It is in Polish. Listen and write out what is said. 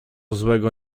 złego